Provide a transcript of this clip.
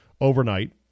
overnight